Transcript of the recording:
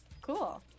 Cool